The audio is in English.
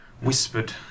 whispered